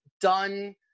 Done